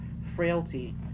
frailty